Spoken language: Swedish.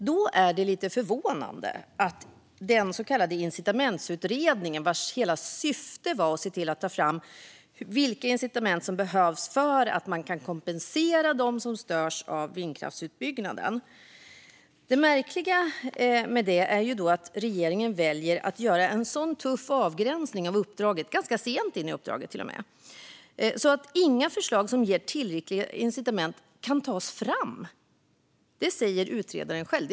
Syftet med den så kallade incitamentsutredningen var att ta fram vilka incitament som behövs för att kompensera dem som störs av vindkraftsutbyggnaden. Därför är det förvånande och märkligt att regeringen väljer att, ganska sent in i uppdraget, göra en sådan tuff avgränsning av uppdraget att inga förslag som ger tillräckliga incitament kan tas fram. Det säger utredaren själv.